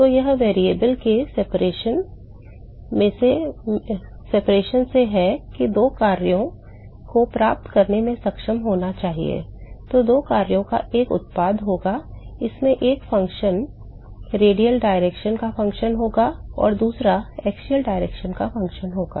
तो यह चर के पृथक्करण से है कि 2 कार्यों को प्राप्त करने में सक्षम होना चाहिए यह 2 कार्यों का एक उत्पाद होगा इनमें से एक फंक्शन रेडियल दिशा का फ़ंक्शन होगा दूसरा अक्षीय दिशा का फंक्शन होगा